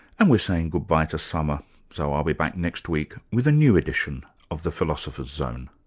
and we're saying goodbye to summer so i'll be back next week with a new edition of the philosopher's zone